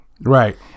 Right